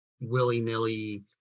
willy-nilly